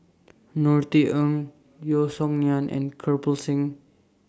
Norothy Ng Yeo Song Nian and Kirpal Singh